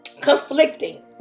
conflicting